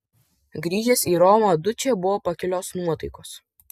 grįžęs į romą dučė buvo pakilios nuotaikos